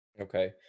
Okay